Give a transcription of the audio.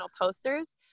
posters